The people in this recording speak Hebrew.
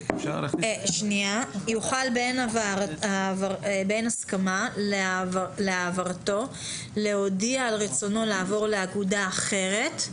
יוכל באין הסכמה להעברתו להודיע על רצונו לעבור לאגודה אחרת,